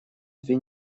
две